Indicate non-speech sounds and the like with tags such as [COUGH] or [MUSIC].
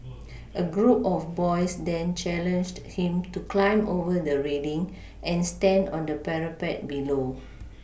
[NOISE] a group of boys then challenged him to climb over the railing and stand on the parapet below